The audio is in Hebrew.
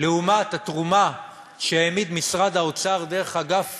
לעומת התרומה שהעמיד משרד האוצר דרך אגף